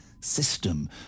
system